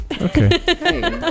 Okay